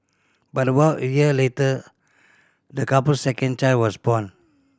but about a year later the couple's second child was born